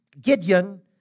Gideon